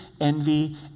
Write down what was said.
envy